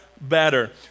better